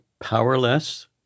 powerless